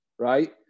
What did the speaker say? right